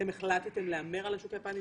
אתם החלטתם להמר על השוק היפני?